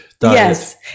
Yes